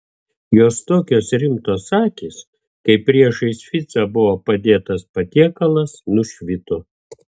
jos tokios rimtos akys kai priešais ficą buvo padėtas patiekalas nušvito